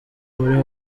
muri